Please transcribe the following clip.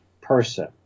person